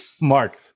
Mark